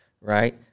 right